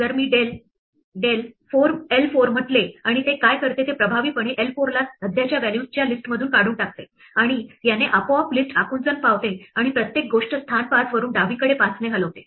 जर मी del l 4 म्हंटले आणि ते काय करते ते प्रभावीपणे l 4 ला सध्याच्या व्हॅल्यूज च्या लिस्ट मधून काढून टाकते आणि याने आपोआप लिस्ट आकुंचन पावते आणि प्रत्येक गोष्ट स्थान 5 वरून डावीकडे 5 ने हलवते